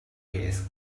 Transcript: gps